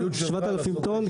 7,000 טון,